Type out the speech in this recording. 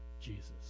Jesus